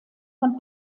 von